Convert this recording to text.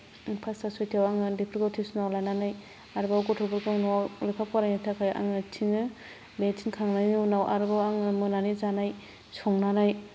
फासथा सयथायाव आं उन्दैफोरखौ टिउसनाव लानानै आरोबाव गथ'फोरखौ न'आव लेखा फरायनो थाखाय आङो थिनो बे थिनखांनायनि उनाव आरोबाव आङो मोनानि जानाय संनानै